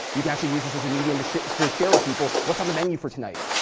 you can actually use this as a medium to share to share with people what's on the menu for tonight.